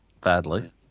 badly